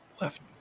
left